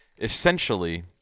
Essentially